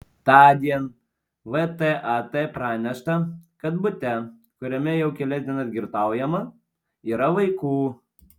tądien vtat pranešta kad bute kuriame jau kelias dienas girtaujama yra vaikų